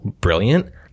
brilliant